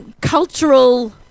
Cultural